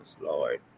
lord